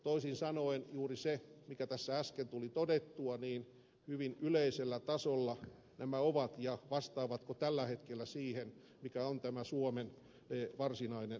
toisin sanoen juuri kuten tässä äsken tuli todettua hyvin yleisellä tasolla nämä ovat ja vastaavatko ne tällä hetkellä siihen mikä on tämä suomen varsinainen haaste